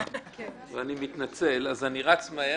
אני מתנצל, אני רץ מהר.